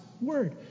word